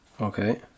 Okay